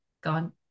gone